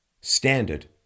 standard